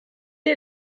est